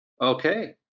Okay